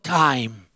time